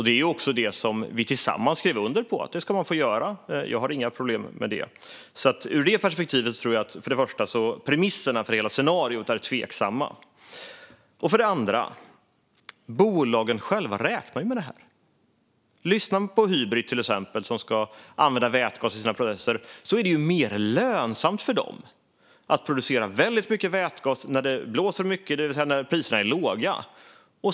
Det är också det som vi tillsammans skrev under på: Det ska man få göra. Jag har inga problem med det. Ur det perspektivet tror jag, för det första, att premisserna för hela scenariot är tveksamma. För det andra räknar bolagen själva med det här. Lyssnar man på till exempel Hybrit, som ska använda vätgas i sina processer, hör man att det är mer lönsamt för dem att producera väldigt mycket vätgas när det blåser mycket, det vill säga när priserna är låga.